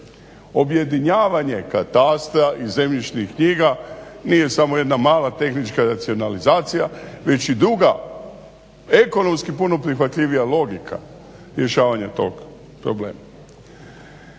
Objedinjavanje katastra i zemljišnih knjiga nije smo jedna mala tehnička racionalizacija već i druga ekonomski puno prihvatljivija logika rješavanja tog problema.